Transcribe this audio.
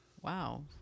Wow